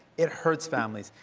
it hurts families.